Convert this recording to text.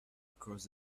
across